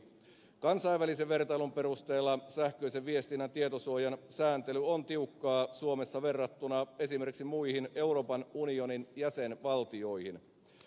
kansainvälisen vertailun perusteella sähköisen viestinnän tietosuojan sääntely on tiukkaa suomessa verrattuna esimerkiksi muihin euroopan unionin jäsenvaltioihin